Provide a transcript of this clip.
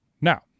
Now